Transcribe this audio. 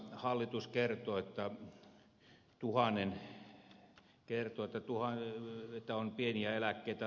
hallitus kertoi muun muassa että on nostanut pieniä eläkkeitä